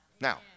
Now